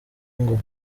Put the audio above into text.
ngo